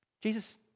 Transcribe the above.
Jesus